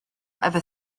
efo